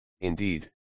indeed